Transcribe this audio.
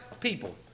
people